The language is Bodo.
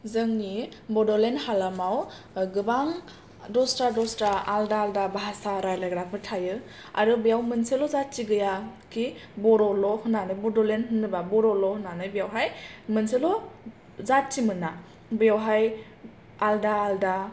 जोंनि बड'लेन्ड हालामाव गोबां दस्रा दस्रा आलादा आलादा भासा राइलाइग्राफोर थायो आरो बेयाव मोनसेल जाति गैया खि बर'ल' होननानै बड'लेण्ड होनोब्ला बर'ल' होननानै बेवहाय मोनसेल' जाथि मोना बेवहाय आलादा आलादा